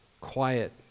quiet